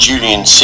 Julian